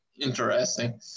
interesting